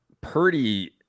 Purdy